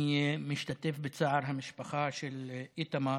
אני משתתף בצער המשפחה של איתמר.